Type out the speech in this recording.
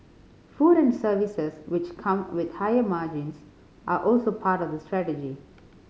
food and services which come with higher margins are also part of the strategy